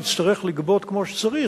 נצטרך לגבות כמו שצריך.